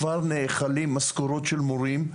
כבר נאכלים משכורות של מורים,